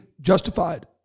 justified